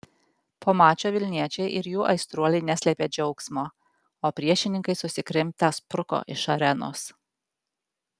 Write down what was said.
po mačo vilniečiai ir jų aistruoliai neslėpė džiaugsmo o priešininkai susikrimtę spruko iš arenos